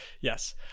yes